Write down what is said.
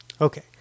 Okay